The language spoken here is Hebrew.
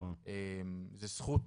זו זכות